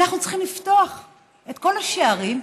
אנחנו צריכים לפתוח את כל השערים.